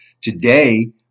Today